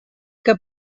que